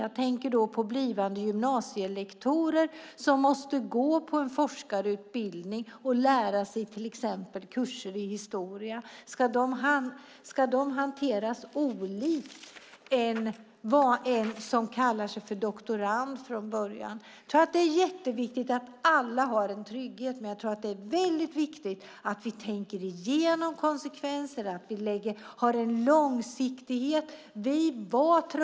Då tänker jag på blivande gymnasielektorer som måste gå på en forskarutbildning och till exempel läsa kurser i historia. Ska de hanteras på ett annat sätt än de som från början kallar sig doktorander? Det är jätteviktigt att alla har en trygghet, men samtidigt är det viktigt att vi tänker igenom konsekvenserna och har en långsiktighet i detta.